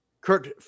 Kurt